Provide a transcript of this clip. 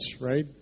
right